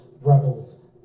rebels